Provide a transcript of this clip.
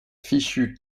fichu